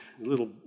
little